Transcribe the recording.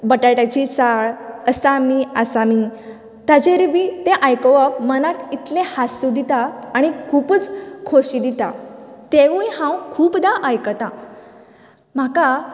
बटाट्याची साळ असा मी आसा मी ताचेर बी तें आयकुवप मना इतलें हांसूं दिता आनी खुबूच खोशी दिता तेंवूय हांव खुबदां आयकतां म्हाका